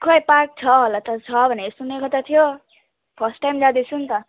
खोइ पार्क छ होला छ भनेर सुनेको त थियो फर्स्ट टाइम जाँदैछु नि त